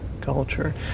culture